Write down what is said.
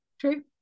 True